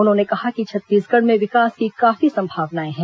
उन्होंने कहा कि छत्तीसगढ़ में विकास की काफी संभावनाएं हैं